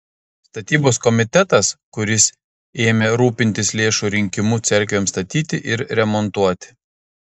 statybos komitetas kuris ėmė rūpintis lėšų rinkimu cerkvėms statyti ir remontuoti